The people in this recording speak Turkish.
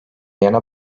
yana